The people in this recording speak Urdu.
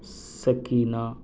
سکینہ